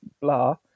blah